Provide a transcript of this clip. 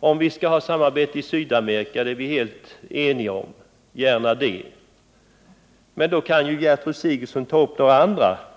Att vi skall ha samarbete med länder i Sydamerika är vi helt överens om. Men då kan ju Gertud Sigurdsen ta upp några andra länder.